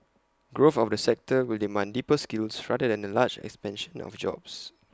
growth of the sector will demand deeper skills rather than A large expansion of jobs